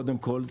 קודם כל,